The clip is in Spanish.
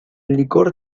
licor